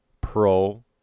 Pro